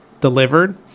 delivered